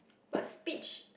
but speech